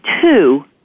two